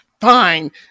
fine